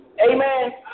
Amen